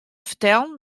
fertellen